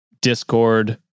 Discord